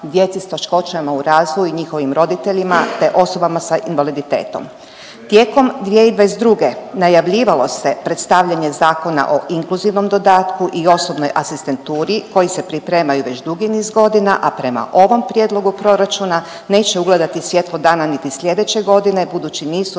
djeci sa teškoćama u razvoju i njihovim roditeljima, te osobama sa invaliditetom. Tijekom 2022. najavljivalo se predstavljanje zakona o inkluzivnom dodatku i osobnoj asistenturi koji se pripremaju već dugi niz godina, a prema ovom prijedlogu proračuna neće ugledati svjetlo dana niti sljedeće godine budući nisu osigurana